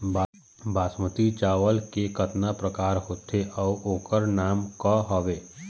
बासमती चावल के कतना प्रकार होथे अउ ओकर नाम क हवे?